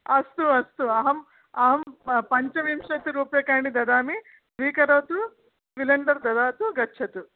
अस्तु अस्तु अहम् अहं पञ्चविंशति रूप्यकाणि ददामि स्वीकरोतु सिलिण्डर् ददातु गच्छतु